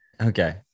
Okay